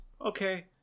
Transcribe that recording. Okay